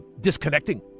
disconnecting